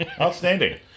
outstanding